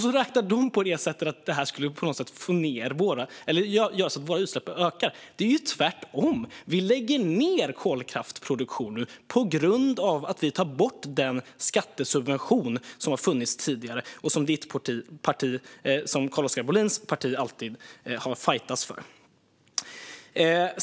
De räknar ut det som att detta skulle göra så att våra utsläpp ökar, men det är ju tvärtom: Vi lägger ned kolkraftsproduktion på grund av att vi tar bort den skattesubvention som har funnits tidigare och som Carl-Oskar Bohlins parti alltid har fajtats för.